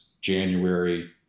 January